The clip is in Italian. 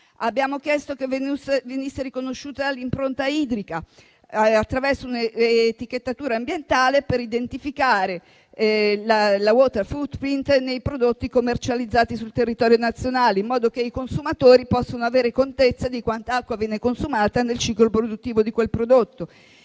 Abbiamo chiesto che venisse riconosciuta l'impronta idrica, attraverso un'etichettatura ambientale, per identificare la *water footprint* nei prodotti commercializzati sul territorio nazionale, in modo che i consumatori possano avere contezza di quanta acqua viene consumata nel ciclo produttivo di quel prodotto.